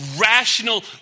rational